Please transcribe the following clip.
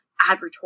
advertorial